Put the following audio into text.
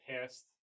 past